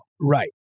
right